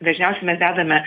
dažniausiai mes dedame